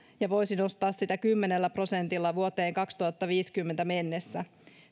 ja voisi nostaa sitä kymmenellä prosentilla vuoteen kaksituhattaviisikymmentä mennessä